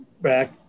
back